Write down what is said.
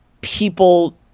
people